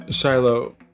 Shiloh